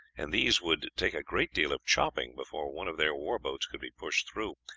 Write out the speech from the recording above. and these would take a great deal of chopping before one of their war boats could be pushed through,